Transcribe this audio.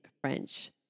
French